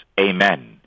Amen